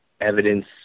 evidence